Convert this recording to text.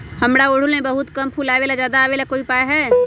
हमारा ओरहुल में बहुत कम फूल आवेला ज्यादा वाले के कोइ उपाय हैं?